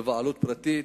בבעלות פרטית,